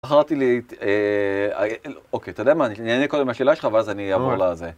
בחרתי לי את... אוקיי, אתה יודע מה, אני אענה קודם על השאלה שלך ואז אני אעבור לזה.